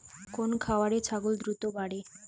কোন খাওয়ারে ছাগল দ্রুত বাড়ে?